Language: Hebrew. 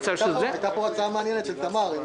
הייתה פה הצעה מעניינת של תמר לוי-בונה,